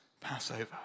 Passover